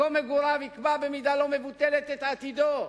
מקום מגוריו יקבע במידה לא מבוטלת את עתידו.